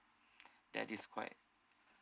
that is quite